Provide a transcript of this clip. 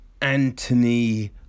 Anthony